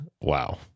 wow